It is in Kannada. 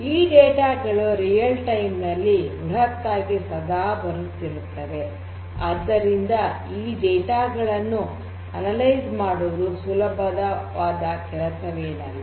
ಈ ಡೇಟಾ ಗಳು ನೈಜ ಸಮಯದಲ್ಲಿ ಬೃಹತ್ತಾಗಿ ಸದಾ ಬರುತ್ತಿರುತ್ತವೆ ಆದ್ದರಿಂದ ಈ ಡೇಟಾ ಗಳನ್ನು ಅನಲೈಸ್ ಮಾಡುವುದು ಸುಲಭವಾದ ಕೆಲಸವೇನಲ್ಲ